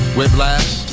Whiplash